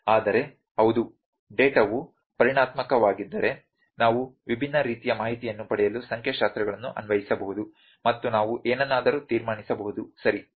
ಆದರೆ ಹೌದು ಡೇಟಾವು ಪರಿಮಾಣಾತ್ಮಕವಾಗಿದ್ದರೆ ನಾವು ವಿಭಿನ್ನ ರೀತಿಯ ಮಾಹಿತಿಯನ್ನು ಪಡೆಯಲು ಸಂಖ್ಯಾಶಾಸ್ತ್ರಗಳನ್ನು ಅನ್ವಯಿಸಬಹುದು ಮತ್ತು ನಾವು ಏನನ್ನಾದರೂ ತೀರ್ಮಾನಿಸಬಹುದು ಸರಿ